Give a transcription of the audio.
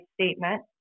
statement